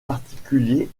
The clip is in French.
particulier